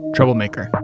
Troublemaker